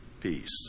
peace